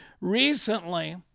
recently